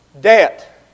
Debt